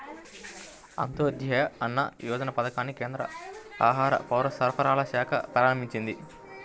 అంత్యోదయ అన్న యోజన పథకాన్ని కేంద్ర ఆహార, పౌరసరఫరాల శాఖ ప్రారంభించింది